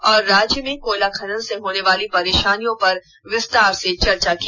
और राज्य में कोयला खनन से होने वाले परे ानियों पर विस्तार से चर्चा की